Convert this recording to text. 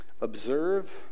Observe